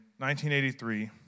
1983